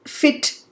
fit